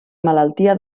malaltia